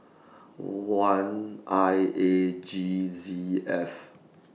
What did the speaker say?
one I A G Z F